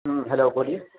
ہاں ہیلو بولیے